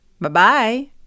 Bye-bye